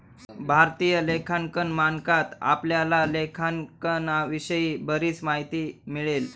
भारतीय लेखांकन मानकात आपल्याला लेखांकनाविषयी बरीच माहिती मिळेल